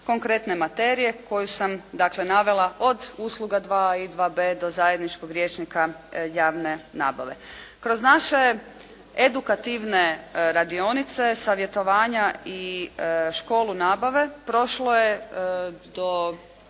konkretne materije koju sam dakle navela od usluga 2.a i 2.b do zajedničkog rječnika javne nabave. Kroz naše edukativne radionice, savjetovanja i školu nabave, prošlo je do